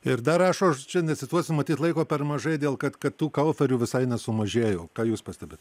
ir dar rašo aš čia necituosiu matyt laiko per mažai dėl kad kad kaltorių visai nesumažėjo ką jūs pastebit